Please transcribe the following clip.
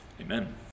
Amen